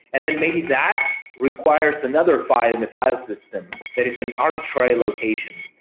and then maybe that requires another file in the file system that is an arbitrary location.